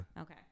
Okay